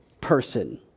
person